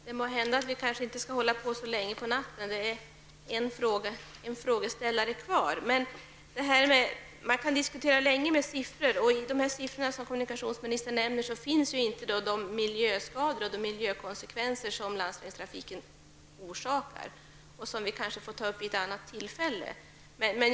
Herr talman! Det må hända att vi inte skall hålla på så länge. Siffror kan man diskutera länge. Men de siffror som kommunikationsministern nämnde inkluderar inte miljökonsekvenserna och kostnader för de miljöskador som landsvägstrafiken orsakar. Det får vi ta upp vid annat tillfälle.